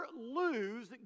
lose